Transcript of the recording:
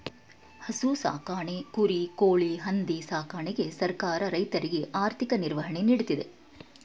ಹಸು ಸಾಕಣೆ, ಕುರಿ, ಕೋಳಿ, ಹಂದಿ ಸಾಕಣೆಗೆ ಸರ್ಕಾರ ರೈತರಿಗೆ ಆರ್ಥಿಕ ನಿರ್ವಹಣೆ ನೀಡ್ತಿದೆ